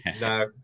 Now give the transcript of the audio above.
No